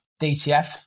DTF